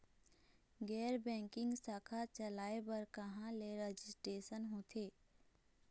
गैर बैंकिंग शाखा चलाए बर कहां ले रजिस्ट्रेशन होथे?